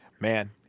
Man